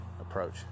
approach